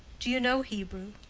do you know hebrew?